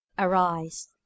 Arise